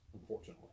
Unfortunately